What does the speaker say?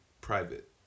private